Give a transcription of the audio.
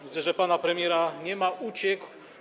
Widzę, że pana premiera nie ma, uciekł.